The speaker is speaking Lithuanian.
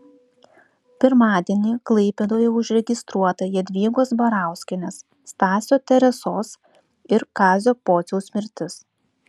pirmadienį klaipėdoje užregistruota jadvygos barauskienės stasio teresos ir kazio pociaus mirtis